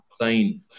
sign